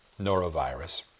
norovirus